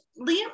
Liam